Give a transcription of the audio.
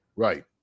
Right